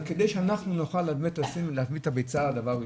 כדי שאנחנו נוכל באמת לשים את הביצה דבר ראשון,